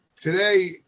today